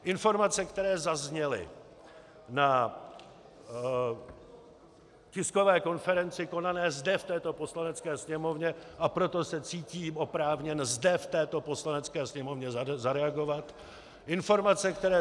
Informace, které zazněly na tiskové konferenci konané zde v této Poslanecké sněmovně, a proto se cítím oprávněn, zde v této Poslanecké sněmovně zareagovat, informace, které zazněly